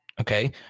okay